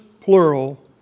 plural